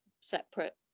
separate